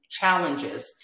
challenges